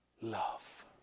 Love